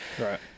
Right